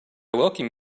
welcome